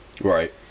right